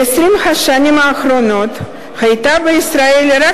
ב-20 השנים האחרונות היתה בישראל רק